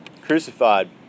crucified